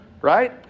right